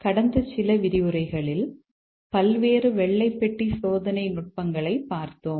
கடந்த சில விரிவுரைகளில் பல்வேறு வெள்ளை பெட்டி சோதனை நுட்பங்களைப் பார்த்தோம்